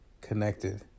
connected